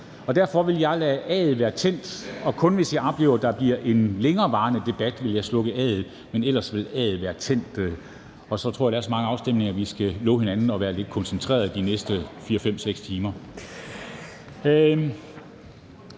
Derfor vil jeg lade afstemnings-A'et være tændt, og kun hvis jeg oplever, at der bliver en længerevarende debat, vil jeg slukke for A'et, men ellers vil A'et være tændt. Og så tror jeg, der er så mange afstemninger, at vi skal love hinanden at være lidt koncentreret de næste 4, 5, 6 timer.